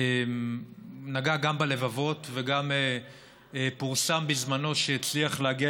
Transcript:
גם נגע בלבבות וגם פורסם בזמנו שהצליח להגיע